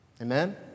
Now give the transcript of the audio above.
Amen